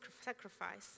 sacrifice